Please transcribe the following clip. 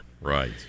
Right